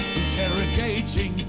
interrogating